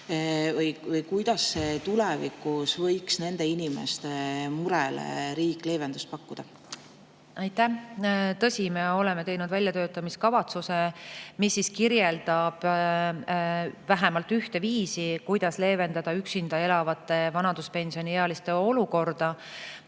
Kuidas tulevikus võiks nende inimeste murele riik leevendust pakkuda? Aitäh! Tõsi, me oleme teinud väljatöötamiskavatsuse, mis kirjeldab vähemalt ühte viisi, kuidas leevendada üksinda elavate vanaduspensioniealiste olukorda.